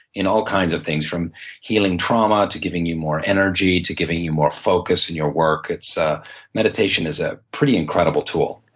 in all kinds of things, from healing trauma, to giving you more energy, to giving you more focus in your work, ah meditation is a pretty incredible tool.